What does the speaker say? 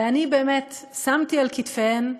ואני שמתי על כתפיהן,